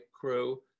crew